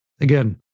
Again